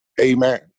Amen